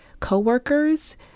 coworkers